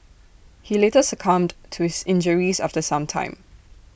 he later succumbed to his injuries after some time